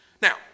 Now